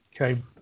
Okay